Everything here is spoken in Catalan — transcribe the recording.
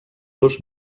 los